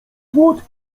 płot